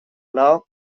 law